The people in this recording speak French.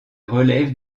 relève